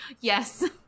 Yes